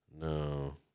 No